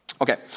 Okay